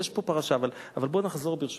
יש פה פרשה, אבל בוא נחזור, ברשותך,